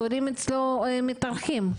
ולכן התורים אצלו מתארכים.